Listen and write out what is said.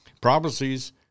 prophecies